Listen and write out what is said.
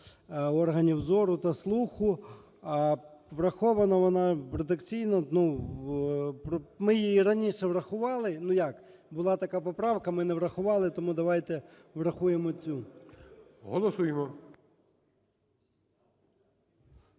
органів зору та слуху. Врахована вона редакційно. Ми її раніше врахували, ну, як: була така поправка, ми не врахували, тому давайте врахуємо цю. ГОЛОВУЮЧИЙ.